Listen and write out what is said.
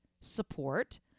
support